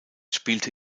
spielte